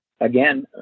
Again